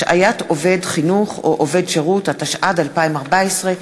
התשע"ד 2014,